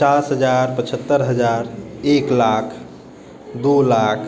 पचास हजार पछहत्तर हजार एक लाख दू लाख